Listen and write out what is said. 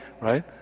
right